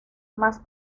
más